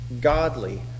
godly